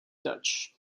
dutch